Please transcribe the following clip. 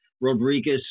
Rodriguez